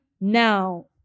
now